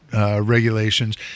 Regulations